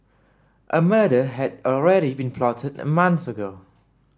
a murder had already been plotted a month ago